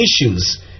issues